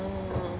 oh